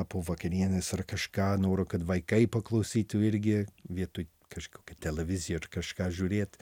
po vakarienės ar kažką noriu kad vaikai paklausytų irgi vietoj kažkokią televiziją ar kažką žiūrėt